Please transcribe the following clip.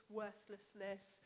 worthlessness